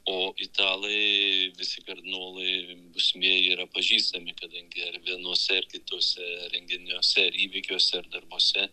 o italai visi kardinolai būsimieji yra pažįstami kadangi vienuose ar kituose renginiuose ar įvykiuose ar darbuose